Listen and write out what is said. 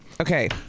Okay